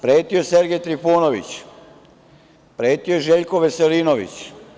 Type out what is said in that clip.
Pretio je Sergej Trifunović, pretio je Željko Veselinović.